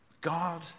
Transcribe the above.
God